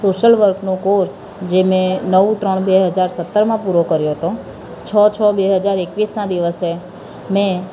social વર્કનો course જે મેં નવ ત્રણ બે હજાર સત્તરમાં પૂરો કર્યો હતો છ છ બે હજાર એકવીસના દિવસે મેં